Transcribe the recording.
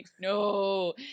No